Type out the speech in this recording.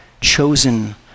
chosen